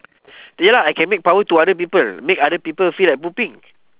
ya lah I can make power to other people make other people feel like pooping